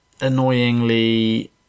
annoyingly